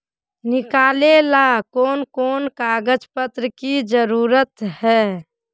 निकाले ला कोन कोन कागज पत्र की जरूरत है?